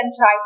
try